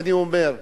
ואני אומר,